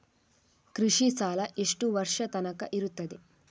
ಕೃಷಿ ಸಾಲ ಎಷ್ಟು ವರ್ಷ ತನಕ ಇರುತ್ತದೆ?